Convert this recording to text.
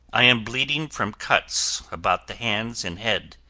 i am bleeding from cuts about the hands and head.